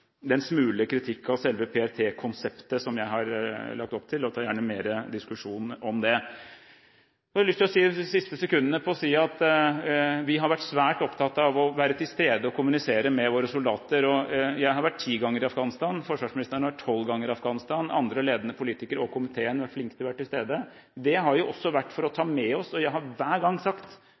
den smule kritikk av selve PRT-konseptet som jeg har lagt opp til, og jeg tar gjerne mer diskusjon om det. Så har jeg lyst til å bruke de siste sekundene på å si at vi har vært svært opptatt av å være til stede og kommunisere med våre soldater. Jeg har vært ti ganger i Afghanistan, forsvarsministeren har vært tolv ganger i Afghanistan, andre ledende politikere og komiteen er flinke til å være til stede. Det har også vært for å ta med oss – og jeg har hver gang